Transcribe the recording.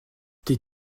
tes